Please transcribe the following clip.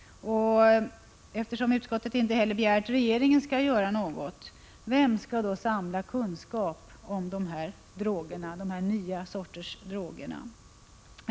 Utskottet begär inte heller att regeringen skall göra något. Vem skall då samla kunskap om dessa nya typer av droger?